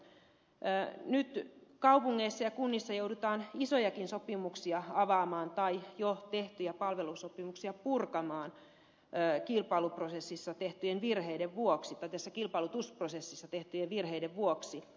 nyt kaupungeissa ja kunnissa joudutaan isojakin sopimuksia avaamaan tai jo tehtyjä palvelusopimuksia purkamaan kilpailutusprosessissa tehtyjen virheiden vuoksi